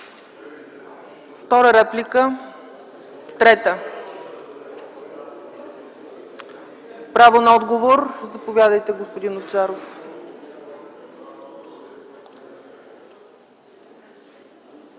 Трета реплика? Няма. Право на отговор. Заповядайте, господин Овчаров.